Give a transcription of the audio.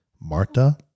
marta